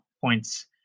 points